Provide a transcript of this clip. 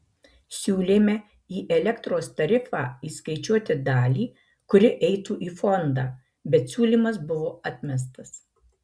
siūlėme į elektros tarifą įskaičiuoti dalį kuri eitų į fondą bet siūlymas buvo atmestas